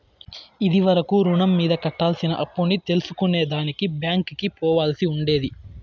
ఇది వరకు రుణం మీద కట్టాల్సిన అప్పుని తెల్సుకునే దానికి బ్యాంకికి పోవాల్సి ఉండేది